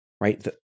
right